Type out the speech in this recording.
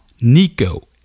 Nico